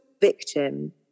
victim